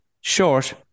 Short